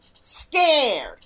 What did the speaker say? scared